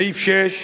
סעיף 6: